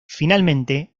finalmente